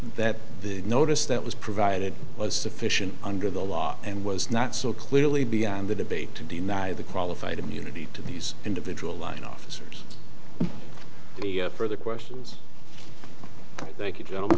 that the notice that was provided was sufficient under the law and was not so clearly beyond the debate to deny the qualified immunity to these individual line officers the further questions thank you gentlem